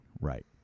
Right